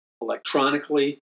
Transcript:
electronically